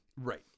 right